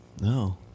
No